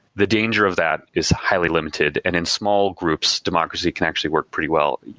the danger of that is highly limited, and in small groups democracy can actually work pretty well.